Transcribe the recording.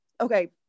okay